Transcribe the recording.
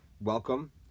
Welcome